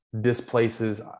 displaces